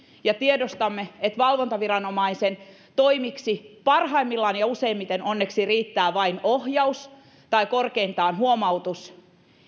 ja tiedostamme että valvontaviranomaisen toimiksi parhaimmillaan ja useimmiten onneksi riittää vain ohjaus tai korkeintaan huomautus